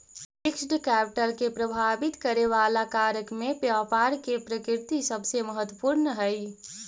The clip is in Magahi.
फिक्स्ड कैपिटल के प्रभावित करे वाला कारक में व्यापार के प्रकृति सबसे महत्वपूर्ण हई